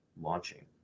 launching